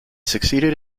succeeded